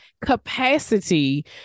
capacity